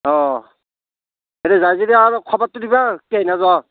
অঁ এতিয়া যায় যদি আৰু খবৰতো দিবা কেইনা যোৱা